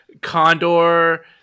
Condor